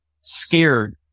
scared